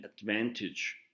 advantage